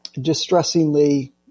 distressingly